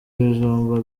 ibijumba